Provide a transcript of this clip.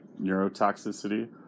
neurotoxicity